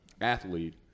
athlete